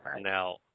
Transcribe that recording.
Now